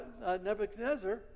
Nebuchadnezzar